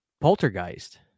Poltergeist